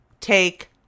take